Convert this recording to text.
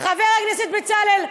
חבר הכנסת בצלאל,